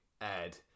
Ed